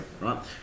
right